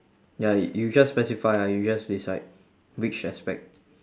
ya y~ you just specify ah you just decide which aspect